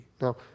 Now